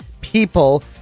people